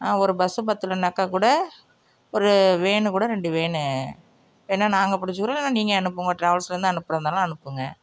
ஒரு பஸ் பத்தலைன்னாக்காகூட ஒரு வேனு கூட ரெண்டு வேனு வேணால் நாங்கள் பிடிச்சுக்குறோம் இல்லைனா நீங்கள் அனுப்புங்க உங்கள் ட்ராவல்ஸ்லேருந்து அனுப்புறதாகருந்தாலும் அனுப்புங்கள்